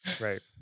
Right